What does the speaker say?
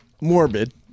morbid